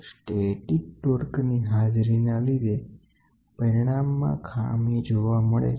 સ્થીતિક ટોર્કની હાજરી ના લીધે પરિણામમાં ખામી જોવા મળે છે